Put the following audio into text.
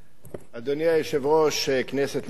אדוני היושב-ראש, כנסת נכבדה,